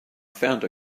found